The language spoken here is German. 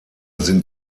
sind